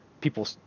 people